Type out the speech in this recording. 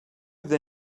they